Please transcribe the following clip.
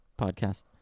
podcast